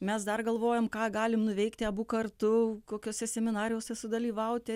mes dar galvojam ką galim nuveikti abu kartu kokiose seminarijose sudalyvauti